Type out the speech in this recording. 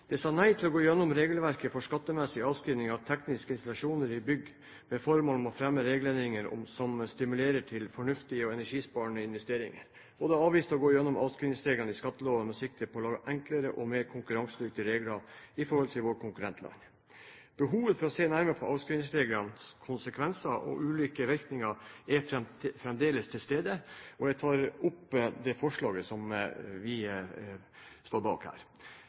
sa nei til å gå gjennom regelverket for skattemessige avskrivninger av tekniske installasjoner i bygg med formål om å fremme regelendringer som stimulerer til fornuftige og energisparende investeringer, og man avviste å gå gjennom avskrivningsreglene i skatteloven med sikte på å lage enklere og mer konkurransedyktige regler i forhold til våre konkurrentland. Behovet for å se nærmere på avskrivningsreglenes konsekvenser og ulike virkninger er fremdeles til stede. Jeg tar opp det forslaget som vi står bak.